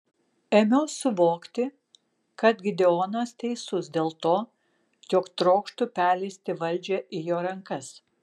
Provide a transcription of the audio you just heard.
ėmiau suvokti kad gideonas teisus dėl to jog trokštu perleisti valdžią į jo rankas